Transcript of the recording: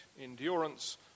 endurance